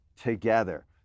together